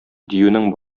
диюнең